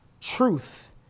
truth